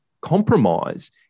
compromise